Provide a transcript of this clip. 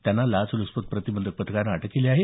त्यांना लाच लुचपत प्रतिबंधक पथकानं अटक केली आहे